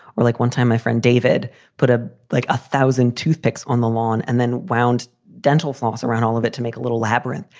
or like one time my friend david put a like a thousand toothpicks on the lawn and then wound dental floss around all of it to make a little labron.